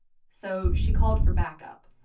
so she called for backup